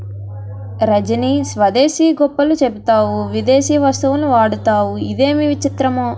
రజనీ స్వదేశీ గొప్పలు చెప్తావు విదేశీ వస్తువులు వాడతావు ఇదేమి చిత్రమో